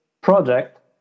project